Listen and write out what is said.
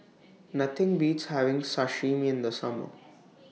Nothing Beats having Sashimi in The Summer